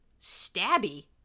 stabby